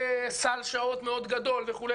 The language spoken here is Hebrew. סל שעות מאוד גדול וכו',